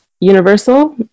universal